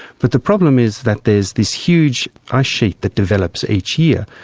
but the problem is that there's this huge ice sheet that develops each year,